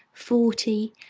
forty,